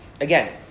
Again